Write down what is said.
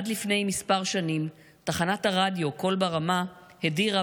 עד לפני כמה שנים תחנת הרדיו קול ברמה הדירה